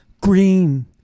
Green